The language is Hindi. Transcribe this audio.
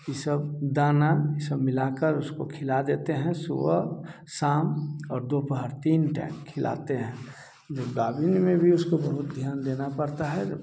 इ सब दाना इ सब मिलाकर उसको खिला देते हैं सुबह शाम और दोपहर तीन टाइम खिलाते हैं जब गाभिन में भी उसको बहुत ध्यान देना पड़ता है